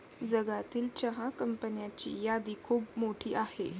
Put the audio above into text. जगातील चहा कंपन्यांची यादी खूप मोठी आहे